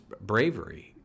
Bravery